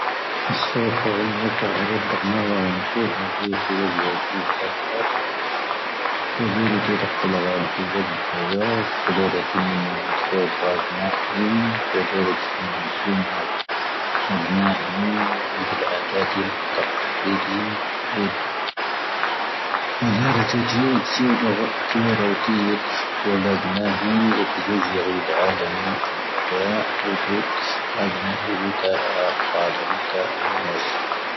ⴰⵣⵣⴰ ⴼo ⵀⴰⵜ ⵏⵀⵓⴳⴰⵔⴰⵜ ⵀⵓⴷⵉ ⵔⴰⵜⵉ ⴽⵀⵓⴷⵔⴰⵜⵉⵏ ⵀⴰⴷⵏⴰⵀⵉⵜ ⴱⵉⵍ ⴰⴷⴰⵜⵉ ⵜⴰⵇⴰⵍⵉⴷ ⵡⴰⵍⴰⴷ ⵏⴰⴳⵉ ⵡⴰⴷⴰⵍ ⴰⵍⴰⵎ ⵢⴰⵜⵉⴷ ⴰⵍⴰⵎ ⵎoⵙⵓⵍ.